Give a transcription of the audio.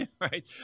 Right